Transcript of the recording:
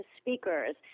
speakers